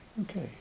Okay